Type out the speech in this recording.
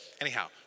anyhow